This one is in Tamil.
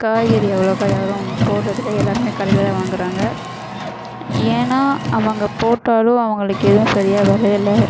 காய்கறி அவ்வளோக்கா யாரும் போடுறதில்ல எல்லோருமே கடையில் தான் வாங்குகிறாங்க ஏன்னா அவங்க போட்டாலும் அவங்களுக்கு எதுவும் சரியா விளையல